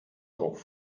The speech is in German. auch